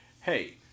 hey